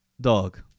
Dog